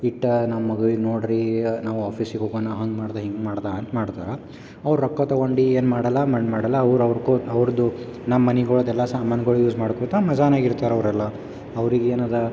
ಇಟ್ಟು ನಮಗೆ ಈಗ ನೋಡ್ರಿ ನಾವು ಆಫೀಸಿಗೆ ಹೋಗೋಣ ಹಂಗೆ ಮಾಡ್ದೆ ಹಿಂಗೆ ಮಾಡ್ದೆ ಅದು ಮಾಡ್ದೆ ಅವ್ರು ರೊಕ್ಕ ತಗೊಂಡು ಏನು ಮಾಡೊಲ್ಲ ಮಣ್ಣು ಮಾಡೋಲ್ಲ ಅವ್ರು ಅವ್ರದ್ದು ಅವ್ರದ್ದು ನಮ್ಮ ಮನೆಗಳ್ದ್ ಎಲ್ಲ ಸಾಮಾನುಗಳ್ ಯೂಸ್ ಮಾಡಿಕೋತ ಮಜಾನಾಗೆ ಇರ್ತಾರೆ ಅವರೆಲ್ಲಾ ಅವ್ರಿಗೆ ಏನು ಅದ